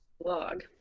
blog